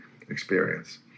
experience